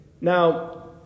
Now